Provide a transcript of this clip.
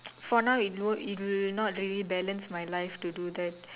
for now it won't it will not really balance my life to do that